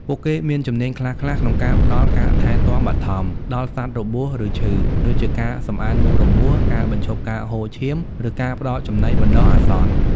ពួកគេមានជំនាញខ្លះៗក្នុងការផ្តល់ ការថែទាំបឋម ដល់សត្វរបួស ឬឈឺ ដូចជាការសម្អាតមុខរបួស ការបញ្ឈប់ការហូរឈាម ឬការផ្តល់ចំណីបណ្តោះអាសន្ន។